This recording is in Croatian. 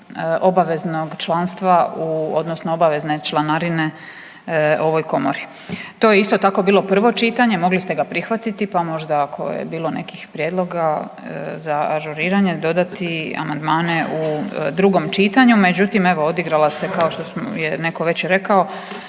obveznog članstva u odnosno obavezne članarine u ovoj komori. To je isto tako bilo prvo čitanje, mogli ste ga prihvatiti, pa možda ako je bilo nekih prijedloga za ažuriranje dodati amandmane u drugom čitanju, međutim evo odigrala se kao što je neko već rekao,